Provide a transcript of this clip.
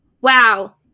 wow